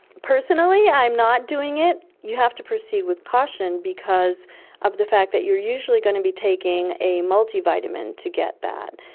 personally i'm not doing it. you have to proceed with caution because of the fact that you are usually going to be taking a multivitamin to get that,